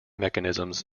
mechanisms